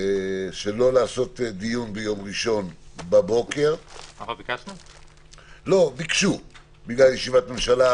שלא לקיים דיון ביום ראשון בבוקר בגלל ישיבת הממשלה,